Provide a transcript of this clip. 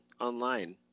online